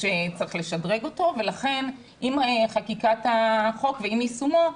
שצריך לשדרג אותו ולכן עם חקיקת החוק ועם יישומו,